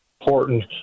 important